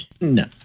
no